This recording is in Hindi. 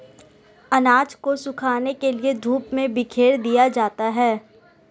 अनाज को सुखाने के लिए धूप में बिखेर दिया जाता है